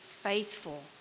faithful